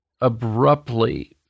abruptly